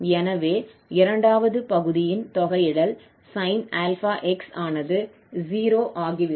எனவே இரண்டாவது பகுதியின் தொகையிடல் sin 𝛼𝑥 ஆனது 0 ஆகிவிடும்